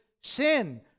sin